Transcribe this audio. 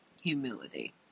Humility